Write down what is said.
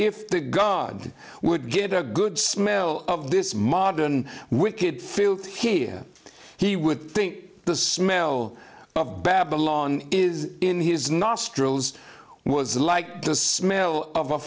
if the god would get a good smell of this modern wicked filth here he would think the smell of babylon is in his nostrils was like the smell of